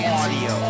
audio